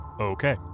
Okay